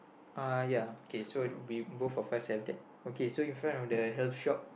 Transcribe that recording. uh ya okay so we both of us have that okay so in front of the health shop